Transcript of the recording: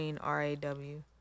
R-A-W